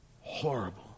horrible